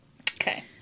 Okay